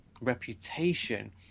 reputation